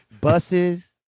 buses